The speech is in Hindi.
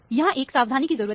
यहां एक सावधानी की जरूरत है